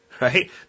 Right